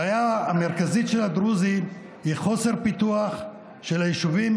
הבעיה המרכזית של הדרוזים היא חוסר פיתוח של היישובים,